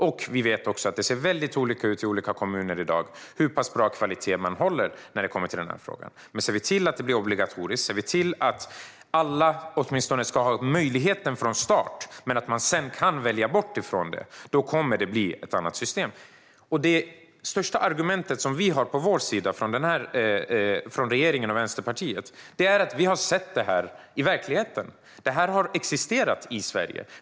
Vi vet också att det ser väldigt olika ut i olika kommuner i dag när det gäller hur bra kvalitet man har på utbildningen. Ser vi till att det blir obligatoriskt och att alla åtminstone ska ha möjligheten från start men sedan kan välja bort det kommer det att bli ett annat system. Det viktigaste argumentet som vi har från regeringens och Vänsterpartiets sida är att vi har sett det här i verkligheten. Det här har existerat i Sverige.